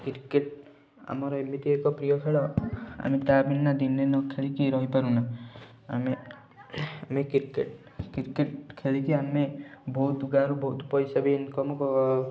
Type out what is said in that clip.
cricket ଆମର ଏମିତି ଏକ ପ୍ରିୟ ଖେଳ ଆମେ ତା ବିନା ଦିନେ ନ ଖେଳିକି ରହିପାରୁନା ଆମେ ଆମେ କ୍ରିକେଟ କ୍ରିକେଟ ଖେଳିକି ଆମେ ବହୁତ ଗାଁ ରୁ ବହୁତ ପଇସା ବି ଇନକମ୍ କ